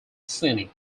scenic